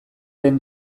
den